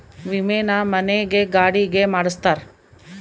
ವಿಮೆನ ಮನೆ ಗೆ ಗಾಡಿ ಗೆ ಮಾಡ್ಸ್ತಾರ